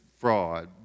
fraud